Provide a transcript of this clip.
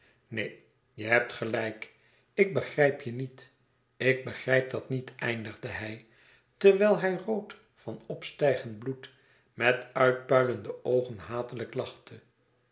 neen je hebt gelijk ik begrijp je niet ik begrijp dat niet eindigde hij terwijl hij rood van opstijgend bloed met uitpuilende oogen hatelijk lachte